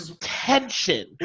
tension